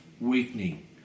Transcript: weakening